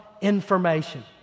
information